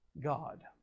God